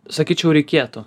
sakyčiau reikėtų